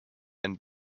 and